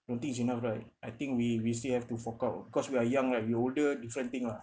don't think is enough right I think we we still have to fork out cause we are young right you older different thing lah